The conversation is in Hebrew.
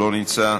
לא נמצא,